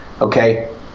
okay –